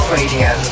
Radio